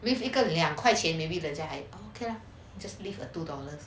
with 一个两块钱 maybe 人家还觉得 okay ah just leave with a two dollars